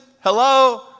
Hello